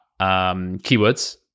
keywords